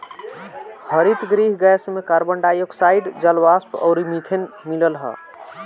हरितगृह गैस में carbon dioxide, जलवाष्प अउरी मीथेन मिलल हअ